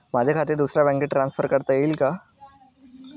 माझे खाते दुसऱ्या बँकेत ट्रान्सफर करता येईल का?